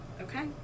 Okay